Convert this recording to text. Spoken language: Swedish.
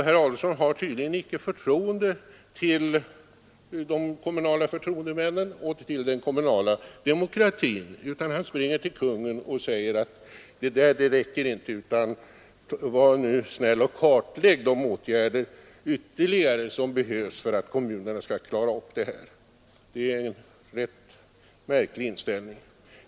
Herr Adolfsson har tydligen icke förtroende för de kommunala förtroendemännen och den kommunala demokratin, utan han springer till kungen och säger: ”Det där räcker inte, utan var nu snäll och kartlägg de ytterligare åtgärder som behövs för att kommunerna skall klara upp saken.” Det är en rätt märklig inställning.